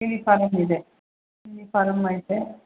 uniform ಇದೆ uniform ಐತೆ